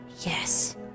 Yes